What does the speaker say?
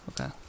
Okay